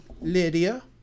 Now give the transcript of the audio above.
Lydia